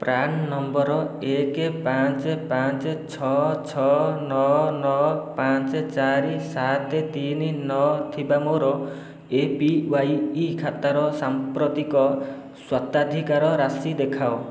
PRAN number ଏକ ପାଞ୍ଚ ପାଞ୍ଚ ଛଅ ଛଅ ନଅ ନଅ ପାଞ୍ଚ ଚାରି ସାତ ତିନି ନଅ ଥିବା ମୋର ଏ ପି ୱାଇ ଖାତାର ସାମ୍ପ୍ରତିକ ସ୍ୱତ୍ୱାଧିକାର ରାଶି ଦେଖାଅ